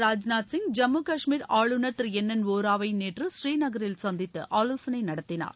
ராஜ்நாத் சிங் ஜம்மு கஷ்மீர் ஆளுநர் திரு N N வோராவை நேற்று ப்ரீநகரில் சந்தித்து ஆலோசனை நடத்தினார்